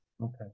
Okay